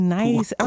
nice